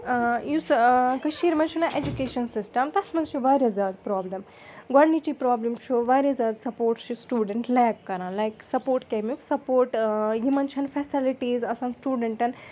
یُس کٔشیٖرِ مَنٛز چھُنہ اٮ۪جوکیشَن سِسٹَم تَتھ منٛز چھُ وارِیاہ زیادٕ پرٛابلِم گۄڈنِچی پرٛابلِم چھُ وارِیاہ زیادٕ سَپوٹ چھُ سٹوٗڈَنٛٹ لیک کَران لایک سَپوٹ کمِیُک سَپوٹ یِمَن چھَنہٕ فیسَلٹیٖز آسان سٹوٗڈَنٛٹَن